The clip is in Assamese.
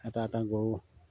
এটা এটা গৰু